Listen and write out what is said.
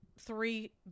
three